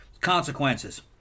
Consequences